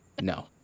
no